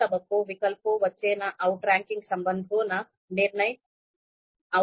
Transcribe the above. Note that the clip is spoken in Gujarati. પ્રથમ તબક્કો વિકલ્પો વચ્ચેના આઉટરેન્કિંગ સંબંધોના નિર્માણ વિશે છે